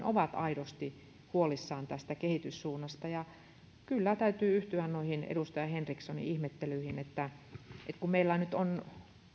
ovat aidosti huolissaan tästä kehityssuunnasta kyllä täytyy yhtyä noihin edustaja henrikssonin ihmettelyihin että että kun meillä nyt on